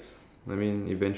and